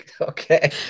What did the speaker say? Okay